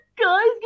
guys